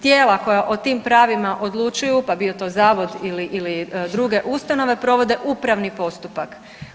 Tijela koja o tim pravima odlučuju pa bio to zavod ili, ili druge ustanove provode upravni postupak.